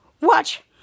watch